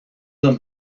them